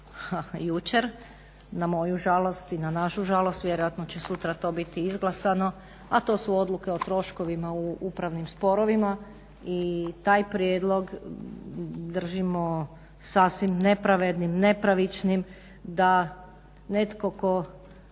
jučer, na moju žalost i na našu žalost vjerojatno će sutra to biti izglasano, a to su odluke o troškovima u upravnim sporovima i taj prijedlog držimo sasvim nepravednim, nepravičnim, da netko tko